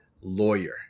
lawyer